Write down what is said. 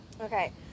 okay